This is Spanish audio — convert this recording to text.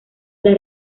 las